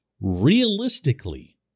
realistically